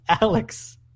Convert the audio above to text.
Alex